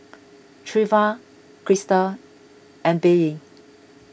Treva Crista and Billye